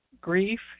grief